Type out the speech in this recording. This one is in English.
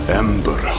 ember